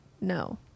No